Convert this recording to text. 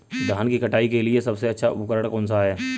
धान की कटाई के लिए सबसे अच्छा उपकरण कौन सा है?